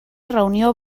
reunió